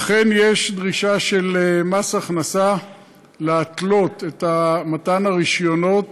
אכן יש דרישה של מס הכנסה להתלות את מתן הרישיונות